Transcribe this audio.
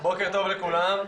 בוקר טוב לכולם.